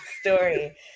story